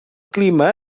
clima